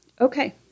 Okay